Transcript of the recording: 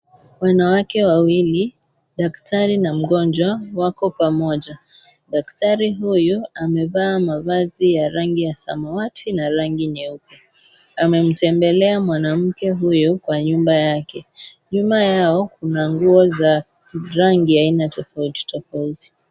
Wanawake wawili daktari na mgonjwa wako pamoja. Daktari huyu amevaa mavazi ya rangi ya samawati na rangi nyeupe. Amemtembelea mwanamke huyu kwa nyumba yake. Nyuma yao kuna nguo za rangi aina tofauti tofauti.